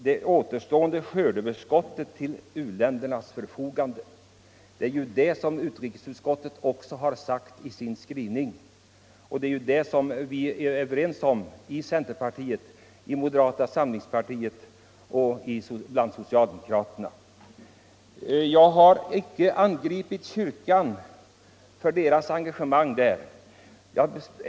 — Det återstående skördeöverskottet till u-ländernas förfogande; det är ju det som utrikesutskottet också har sagt i sin skrivning, och det är det som vi är överens om i centerpartiet, i moderata samlingspartiet och socialdemokratiska partiet. Jag har aldrig angripit kyrkan för dess engagemang. Tvärtom.